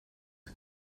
and